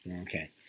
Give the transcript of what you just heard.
Okay